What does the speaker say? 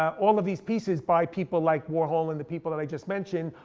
all of these pieces by people like warhol, and the people that i just mentioned,